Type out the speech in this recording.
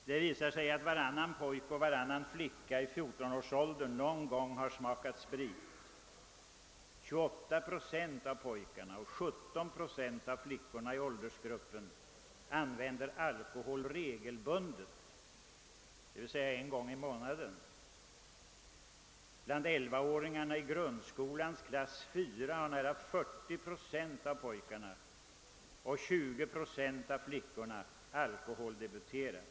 Det visar sig att varannan pojke och varannan flicka i 14-årsåldern någon gång smakat sprit. 28 procent av pojkarna och 17 procenti av flickorna i åldersgruppen använde alkohol regelbundet, d.v.s. minst en gång i månaden. Bland 11-åringarna i grundskolans fjärde klass har nära 40 procent av pojkarna och drygt 20 procent av flickorna alkoholdebuterat.